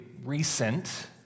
recent